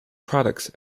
products